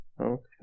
Okay